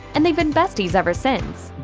and they've been besties ever since.